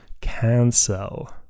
cancel